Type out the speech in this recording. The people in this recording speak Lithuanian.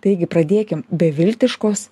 taigi pradėkim beviltiškos